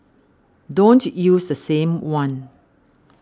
don't use the same one